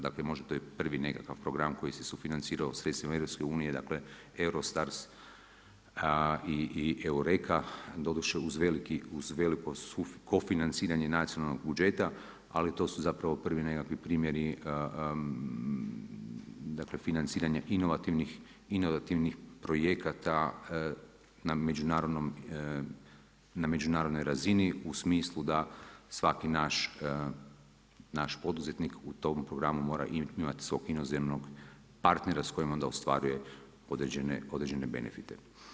Dakle možda to je prvi nekakav program koji se sufinancirao sredstvima EU, dakle Eurostars I EUREKA doduše uz veliko sufinanciranje nacionalnog budžeta ali to su zapravo prvi nekakvi primjeri, dakle financiranje inovativnih projekata na međunarodnoj razini u smislu da svaki naš poduzetnik u tom programu mora imati svog inozemnog partnera s kojim onda ostvaruje određene benefite.